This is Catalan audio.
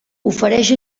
ofereix